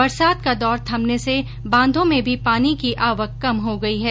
बरसात का दौर थमने से बांधो में भी पानी की आवक कम हो गई है